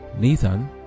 Nathan